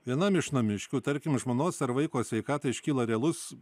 vienam iš namiškių tarkim žmonos ar vaiko sveikatai iškyla realus